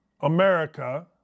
America